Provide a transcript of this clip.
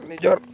ନିଜର